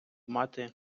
мати